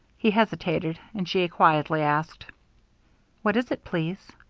he hesitated, and she quietly asked what is it, please?